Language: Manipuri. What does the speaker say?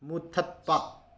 ꯃꯨꯊꯠꯄ